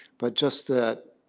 but just that